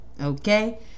Okay